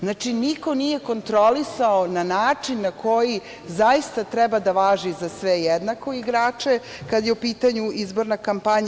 Znači, niko nije kontrolisao na način na koji zaista treba da važi za sve jednako igrače, kad je u pitanju izborna kampanja.